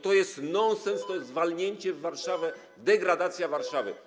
To jest nonsens, to jest walnięcie w Warszawę, degradacja Warszawy.